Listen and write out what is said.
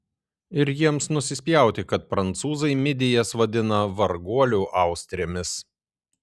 ir jiems nusispjauti kad prancūzai midijas vadinama varguolių austrėmis